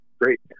Great